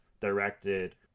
directed